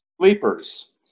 Sleepers